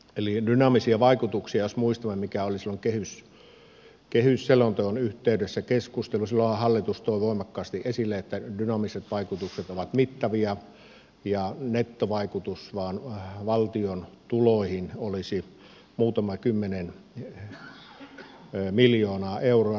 eli jos muistamme kun dynaamiset vaikutukset olivat silloin kehysselonteon yhteydessä keskustelussa niin silloinhan hallitus toi voimakkaasti esille että dynaamiset vaikutukset ovat mittavia ja nettovaikutus valtion tuloihin olisi vain muutama kymmenen miljoonaa euroa